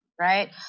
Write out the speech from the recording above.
right